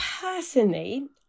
personally